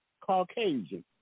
Caucasian